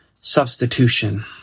Substitution